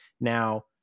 now